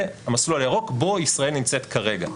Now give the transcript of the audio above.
זה המסלול הירוק בו ישראל נמצאת כרגע.